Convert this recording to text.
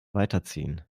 weiterziehen